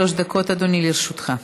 עד שלוש דקות, אדוני, לרשותך.